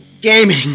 Gaming